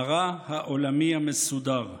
"'הרע העולמי המסודר',